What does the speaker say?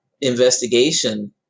investigation